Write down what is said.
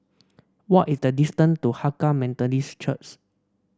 what is the distance to Hakka Methodist Church